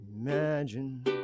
Imagine